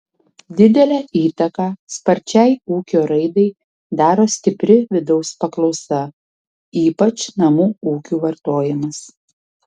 didelę įtaką sparčiai ūkio raidai daro stipri vidaus paklausa ypač namų ūkių vartojimas